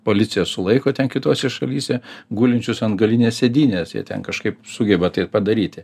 policija sulaiko ten kitose šalyse gulinčius ant galinės sėdynės jie ten kažkaip sugeba tai padaryti